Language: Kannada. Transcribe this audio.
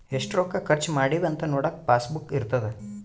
ಎಷ್ಟ ರೊಕ್ಕ ಖರ್ಚ ಮಾಡಿವಿ ಅಂತ ನೋಡಕ ಪಾಸ್ ಬುಕ್ ಇರ್ತದ